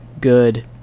good